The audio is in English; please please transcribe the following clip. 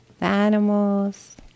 animals